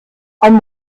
ein